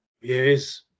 Yes